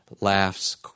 laughs